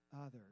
others